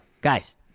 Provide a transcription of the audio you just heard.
guys